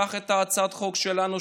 קח את הצעת החוק שלנו,